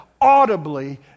audibly